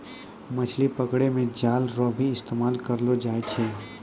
मछली पकड़ै मे जाल रो भी इस्तेमाल करलो जाय छै